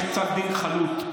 יש פסק דין חלוט.